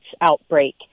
outbreak